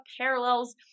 parallels